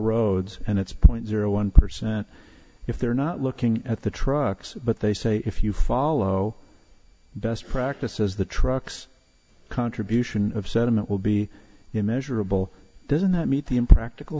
roads and it's point zero one percent if they're not looking at the trucks but they say if you follow best practices the trucks contribution of sediment will be measurable doesn't that meet the impractical